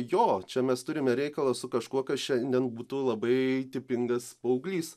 jo čia mes turime reikalą su kažkuo kas šiandien būtų labai tipingas paauglys